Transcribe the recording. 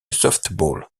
softball